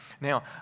Now